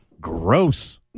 Gross